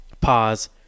Pause